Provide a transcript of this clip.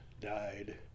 died